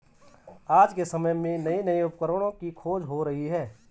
आज के समय में नये नये उपकरणों की खोज हो रही है